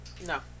No